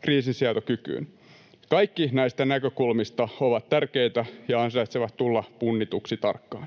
kriisinsietokykyyn. Kaikki näistä näkökulmista ovat tärkeitä ja ansaitsevat tulla punnituksi tarkkaan.